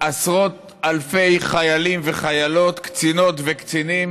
עשרות אלפי חיילים וחיילות, קצינות וקצינים,